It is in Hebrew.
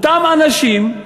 אותם אנשים,